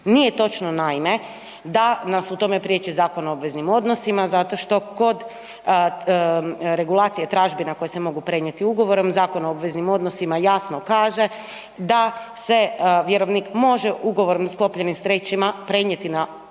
Nije točno, naime, da nas u tome priječi Zakon o obveznim odnosima zato što kod regulacije tražbina koje se mogu prenijeti ugovorom, zakona o obveznim odnosima jasno kaže da se vjerovnik može ugovorom sklopljenim s trećima prenijeti na toga